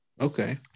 okay